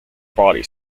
body